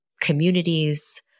communities